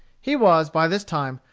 he was, by this time,